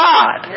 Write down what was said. God